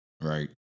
Right